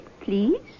please